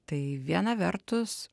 tai viena vertus